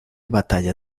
batalla